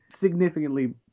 significantly